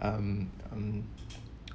um um